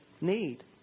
need